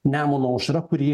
nemuno aušra kurį